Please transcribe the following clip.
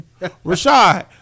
Rashad